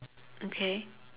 okay